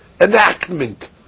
enactment